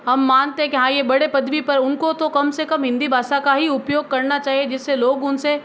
हम मानते है कि हाँ ये बड़े पदवी पर उनको तो कम से कम हिन्दी भाषा का ही उपयोग करना चाहिए जिससे लोग उनसे